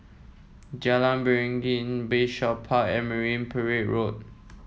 Jalan Beringin Bayshore Park and Marine Parade Road